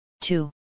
two